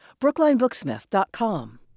BrooklineBooksmith.com